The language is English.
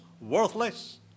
worthless